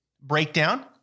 breakdown